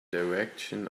direction